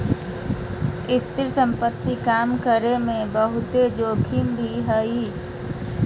स्थिर संपत्ति काम करे मे बहुते जोखिम भी हय